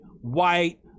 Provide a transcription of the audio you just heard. white